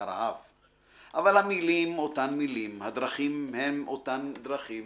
הַלֵּאוֹת כְּמוֹ בְּגוּפִי הַמּוּתָשׁ הַבִּנְיָנִים עֲיֵפִים